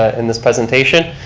ah in this presentation.